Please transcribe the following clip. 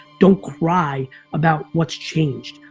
don't cry about what's changed.